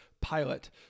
Pilot